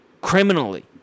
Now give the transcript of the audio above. criminally